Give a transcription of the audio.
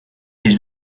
ils